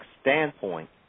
standpoint